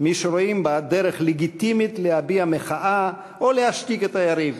מי שרואים באלימות דרך לגיטימית להביע מחאה או להשתיק את היריב.